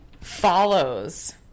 follows